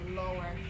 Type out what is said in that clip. lower